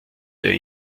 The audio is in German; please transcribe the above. der